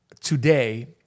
today